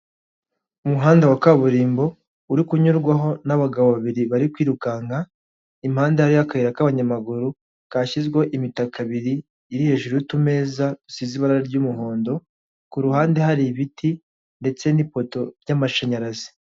Umuhanda wa kaburimbo, uri kunyurwaho n'abagabo babiri bari kwirukanka, impande hariyo akayira k'abanyamaguru, kashyizweho imitaka ibiri iri hejuru y'utumeza dusize ibara ry'umuhondo, ku ruhande hari ibiti, ndetse n'ipoto ry'amashanyarazi.